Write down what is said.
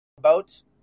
boats